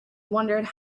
wondered